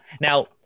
Now